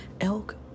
elk